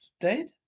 dead